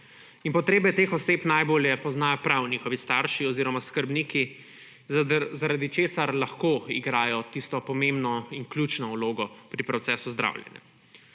Potrebe teh oseb najbolje poznajo prav njihovi starši oziroma skrbniki, zaradi česar lahko igrajo pomembno in ključno vlogo pri procesu zdravljenja.